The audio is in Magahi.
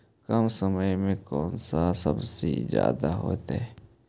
कम समय में कौन से सब्जी ज्यादा होतेई?